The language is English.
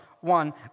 one